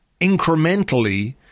incrementally